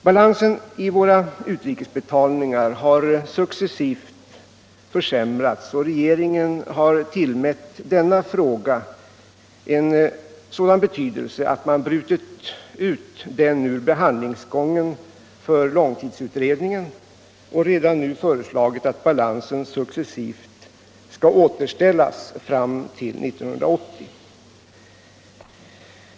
Balansen i våra utrikesbetalningar har successivt försämrats, och regeringen har tillmätt den frågan sådan betydelse att man har brutit ut den ur behandlingsgången för långtidsutredningen och redan nu föreslagit att balansen successivt skall återställas fram till 1980.